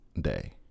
day